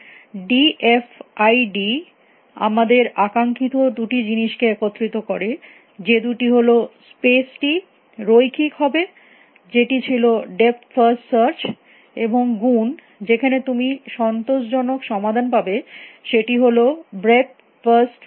D F I D আমাদের আকাঙ্খিত দুটি জিনিসকে একত্রিত করে যে দুটি হল স্পেস টি রৈখিক হবে যেটি ছিল ডেপথ ফার্স্ট সার্চ এবং গুণ যেখানে তুমি সন্তোষজনক সমাধান পাবে সেটি হল ব্রেথ ফার্স্ট সার্চ